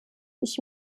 ich